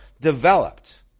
developed